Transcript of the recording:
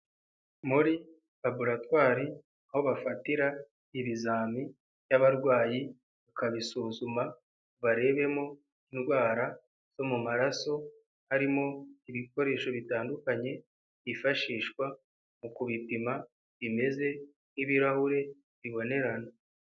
Muri laburatwari, aho bafatira ibizami by'abarwayi, bakabisuzuma, ngo barebemo indwara zo mu maraso, harimo ibikoresho bitandukanye, byifashishwa mu kubipima bimeze nk'ibirahure, bibonerana.